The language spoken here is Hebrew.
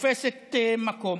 תופסת מקום.